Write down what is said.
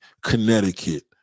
Connecticut